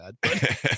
bad